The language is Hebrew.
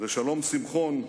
שלום שמחון,